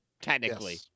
technically